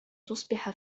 تصبح